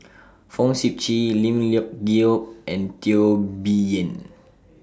Fong Sip Chee Lim Leong Geok and Teo Bee Yen